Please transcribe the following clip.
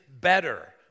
better